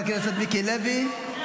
חבר הכנסת מיקי לוי,